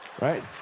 Right